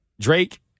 Drake